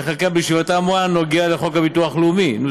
חקיקה בישיבתה האמורה נוגע לחוק הביטוח הלאומי .